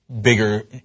bigger